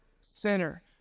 Sinner